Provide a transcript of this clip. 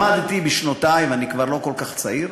למדתי בשנותי, ואני כבר לא כל כך צעיר,